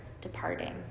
departing